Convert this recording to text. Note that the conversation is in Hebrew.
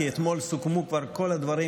כי אתמול סוכמו כבר כל הדברים,